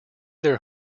their